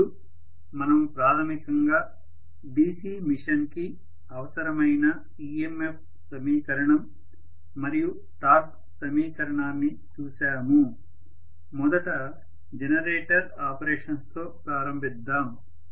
ఇప్పుడు మనము ప్రాథమికంగా DC మెషిన్ కి అవసరమైన EMF సమీకరణం మరియు టార్క్ సమీకరణాన్ని చూశాము మొదట జనరేటర్ ఆపరేషన్స్ తో ప్రారంభిద్దాం